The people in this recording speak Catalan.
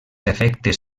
efectes